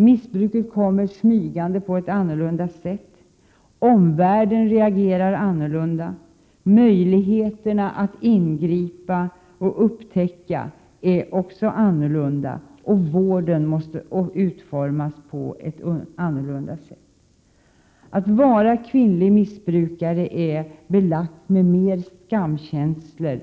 Missbruket kommer smygande på ett annorlunda sätt. Omvärlden reagerar annorlunda. Möjligheterna att upptäcka och ingripa är annorlunda. Vården måste utformas på ett annorlunda sätt. Att vara kvinnlig missbrukare är belagt med mer skamkänslor